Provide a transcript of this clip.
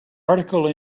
article